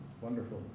wonderful